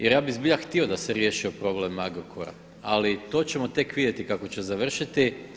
Jer za bih zbilja htio da se riješio problem Agrokora, ali to ćemo tek vidjeti kako će završiti.